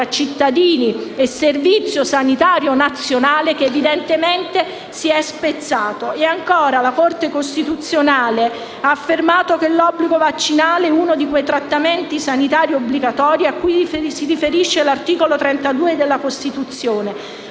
cittadini e il Servizio sanitario nazionale che evidentemente si è spezzato. La Corte costituzionale ha affermato che l'obbligo vaccinale è uno di quei trattamenti sanitari obbligatori a cui si riferisce l'articolo 32 della Costituzione,